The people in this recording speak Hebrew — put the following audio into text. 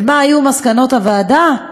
ומה היו מסקנות הוועדה?